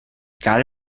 egal